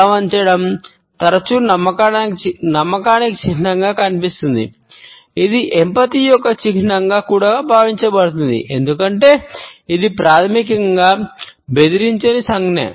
తల వంచడం తరచుగా నమ్మకానికి చిహ్నంగా కనిపిస్తుంది ఇది తాదాత్మ్యం యొక్క చిహ్నంగా కూడా భావించబడుతుంది ఎందుకంటే ఇది ప్రాథమికంగా బెదిరించని సంజ్ఞ